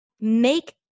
make